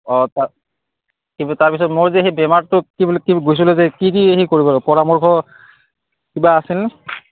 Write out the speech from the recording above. অঁ তাৰ তাৰপিছত মই যে সেই বেমাৰটো কি বুলি কি গৈছিলোঁ যে কি কি হেৰি কৰিব পৰামৰ্শ কিবা আছিলনে